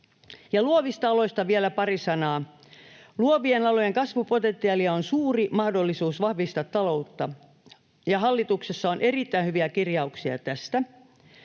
Luovista aloista vielä pari sanaa. Luovien alojen kasvupotentiaalilla on suuri mahdollisuus vahvistaa taloutta, ja hallituksessa on erittäin hyviä kirjauksia tästä.